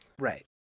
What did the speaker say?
Right